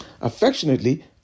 affectionately